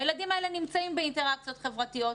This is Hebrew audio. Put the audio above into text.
הילדים האלה נמצאים באינטראקציות חברתיות,